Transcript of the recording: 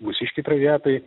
mūsiškei traviatai